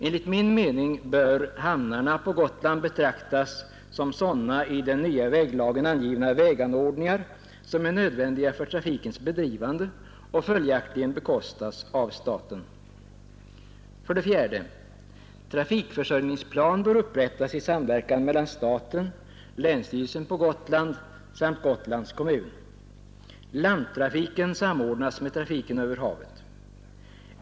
Enligt min mening bör hamnarna på Gotland betraktas som sådana i den nya väglagen angivna väganordningar som är nödvändiga för trafikens bedrivande och följaktligen bekostas av staten. 4. Trafikförsörjningsplan bör upprättas i samverkan mellan staten, länsstyrelsen på Gotland samt Gotlands kommun. Landtrafiken samordnas med trafiken över havet.